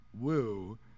woo